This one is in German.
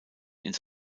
ins